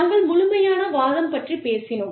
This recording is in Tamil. நாங்கள் முழுமையான வாதம் பற்றிப் பேசினோம்